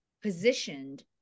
positioned